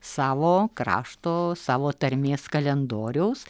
savo krašto savo tarmės kalendoriaus